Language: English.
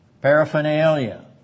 paraphernalia